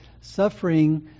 suffering